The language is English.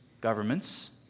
governments